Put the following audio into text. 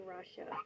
Russia